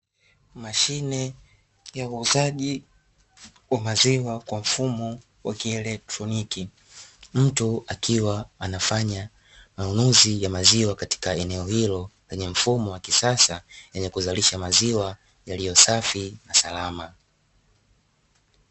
Mashine ya uuzaji wa maziwa kwa mfumo wa kielektroniki mtu akiwa anafanya manunuzi ya maziwa katika eneo hilo, lenye mfumo wa kisasa wenye kuzalisha maziwa yaliyo safi na salama.